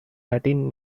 latin